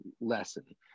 lesson